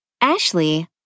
Ashley